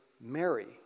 Mary